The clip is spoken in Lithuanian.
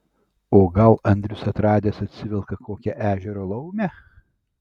o gal andrius atradęs atsivelka kokią ežero laumę